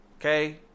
Okay